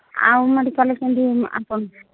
ଆଉ ମଡ଼ିକାଲ୍ରେ କେମିତି ଆପଣ